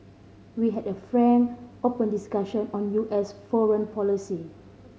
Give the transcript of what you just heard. we had a frank open discussion on U S foreign policy